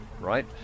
right